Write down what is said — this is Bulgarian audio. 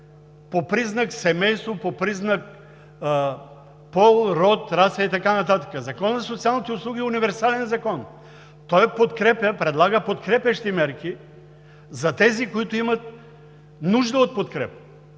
по признак семейство, по признак пол, род, раса и така нататък. Законът за социалните услуги е универсален закон. Той предлага подкрепящи мерки за тези, които имат нужда от подкрепа.